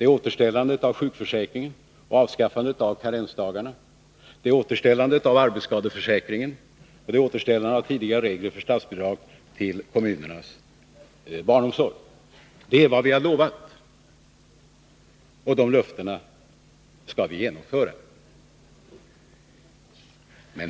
återställandet av sjukförsäkringen och avskaffandet av karensdagarna, återställandet av arbetslöshetsförsäkringen och återställandet av tidigare regler för statsbidrag till kommunernas barnomsorg. Det är vad vi har lovat, och de löftena skall vi infria.